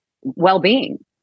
well-being